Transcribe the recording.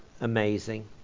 amazing